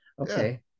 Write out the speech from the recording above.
Okay